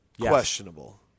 questionable